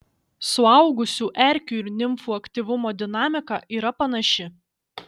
suaugusių erkių ir nimfų aktyvumo dinamika yra panaši